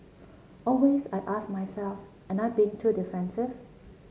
always I ask myself am I being too defensive